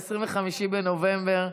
25 בנובמבר,